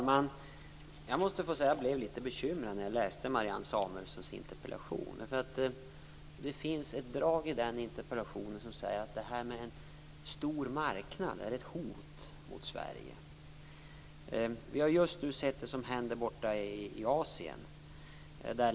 Fru talman! Jag blev litet bekymrad när jag läste Marianne Samuelssons interpellation. Det finns ett drag i interpellationen mot att en stor marknad är ett hot mot Sverige. Vi har just sett vad som händer i Asien.